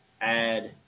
add